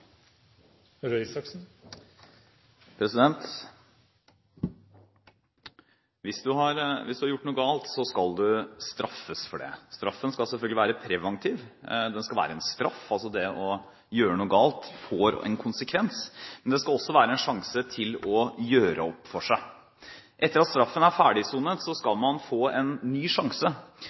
Hvis du har gjort noe galt, skal du straffes for det. Straffen skal selvfølgelig være preventiv – det skal være en straff – altså det å gjøre noe galt får en konsekvens. Men det skal også være en sjanse til å gjøre opp for seg. Etter at straffen er ferdigsonet, skal man få en ny sjanse.